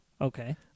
Okay